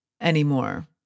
anymore